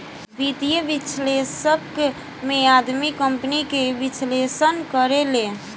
वित्तीय विश्लेषक में आदमी कंपनी के विश्लेषण करेले